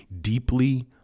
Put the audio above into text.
deeply